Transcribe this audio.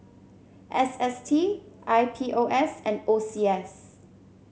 S S T I P O S and O C S